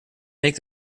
make